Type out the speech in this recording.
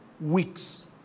weeks